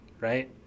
Right